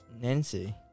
Nancy